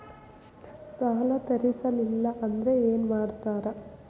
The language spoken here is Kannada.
ಸಾಲ ತೇರಿಸಲಿಲ್ಲ ಅಂದ್ರೆ ಏನು ಮಾಡ್ತಾರಾ?